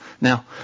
now